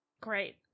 Great